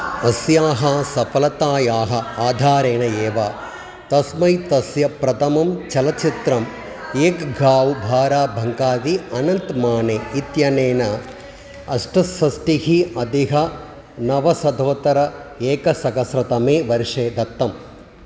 अस्याः सफलतायाः आधारेण एव तस्मै तस्य प्रथमं चलच्चित्रम् एक् घांव् भारा भङ्कादि अनन्त् माने इत्यनेन अष्टषष्टिः अधिकनवशतोत्तर एकसहस्रतमे वर्षे दत्तम्